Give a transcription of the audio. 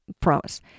promise